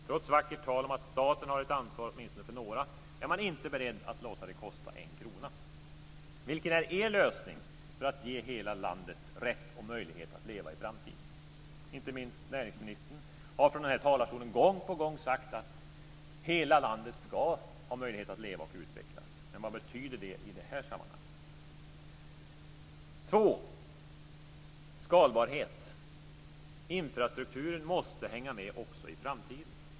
Trots vackert tal om att staten har ett ansvar för åtminstone några, är man inte beredd att låta detta kosta en krona. Vilken är er lösning för att ge hela landet rätt och möjlighet att leva i framtiden? Inte minst näringsministern har från talarstolen gång på gång sagt att hela landet ska ha möjlighet att leva och utvecklas. Men vad betyder det i det här sammanhanget? 2. Skalbarhet. Infrastrukturen måste hänga med också i framtiden.